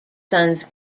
sons